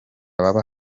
baba